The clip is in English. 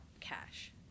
cash